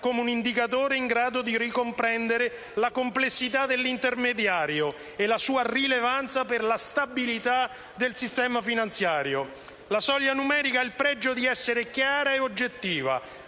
come un indicatore in grado di ricomprendere la complessità dell'intermediario e la sua rilevanza per la stabilità del sistema finanziario. La soglia numerica ha il pregio di essere chiara ed oggettiva,